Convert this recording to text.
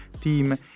team